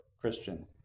Christian